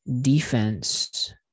defense